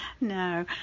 No